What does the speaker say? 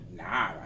nah